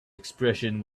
expression